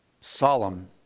solemn